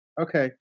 Okay